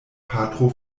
patro